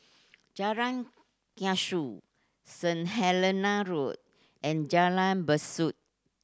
Jalan Kasau Saint Helena Road and Jalan Besut